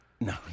No